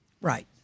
Right